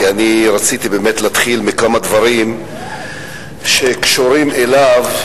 כי אני רציתי באמת להתחיל בדברים שקשורים אליו,